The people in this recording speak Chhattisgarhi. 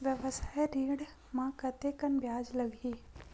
व्यवसाय ऋण म कतेकन ब्याज लगही?